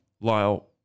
Lyle